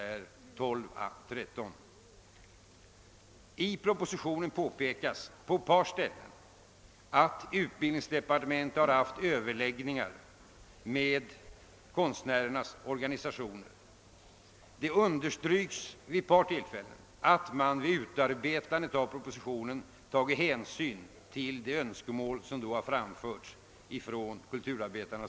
I statsverkspropositionen påpekas på ett par ställen att utbildningsdepartementet har haft överläggningar med konstnärernas organisationer, och det understryks även att man vid utarbetandet av propositionen har tagit hänsyn till de önskemål som därvid framförts av kulturarbetarna.